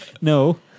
No